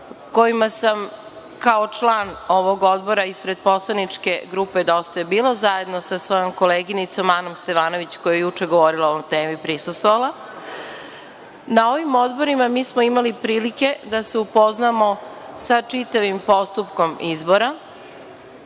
kojima sam kao član ovog odbora ispred poslaničke grupe Dosta je bilo, zajedno sa svojom koleginicom Anom Stevanović koja je juče govorila o temi, prisustvovala. Na ovim odborima mi smo imali prilike da se upoznamo sa čitavim postupkom izbora,